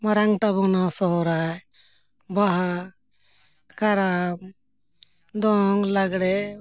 ᱢᱟᱨᱟᱝ ᱛᱟᱵᱚᱱᱟ ᱥᱚᱦᱨᱟᱭ ᱵᱟᱦᱟ ᱠᱟᱨᱟᱢ ᱫᱚᱝ ᱞᱟᱜᱽᱬᱮ